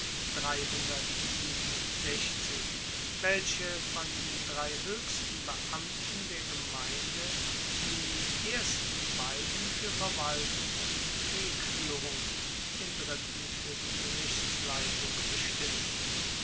welche von den drei hoechsten beamten der gemeinde die ersten beiden fuer verwaltung und kriegfuehrung den dritten fuer die gerichtsleitung bestimmten